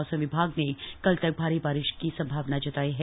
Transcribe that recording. मौसम विभाग ने कल तक भारी बारिश का संभावना जताई है